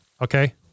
Okay